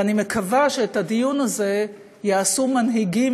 ואני מקווה שאת הדיון הזה יעשו מנהיגים